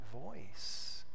voice